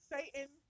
Satan